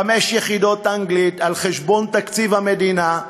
חמש יחידות אנגלית, על חשבון תקציב המדינה,